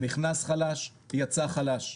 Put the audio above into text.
נכנס חלש יצא חלש,